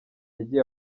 yagiye